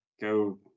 Go